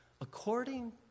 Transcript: according